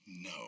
no